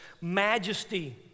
Majesty